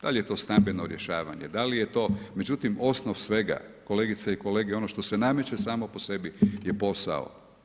Da li je to stambeno rješavanje, da li je to, međutim osnov svega kolegice i kolege, ono što se nameće samo po sebi je posao.